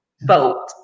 Vote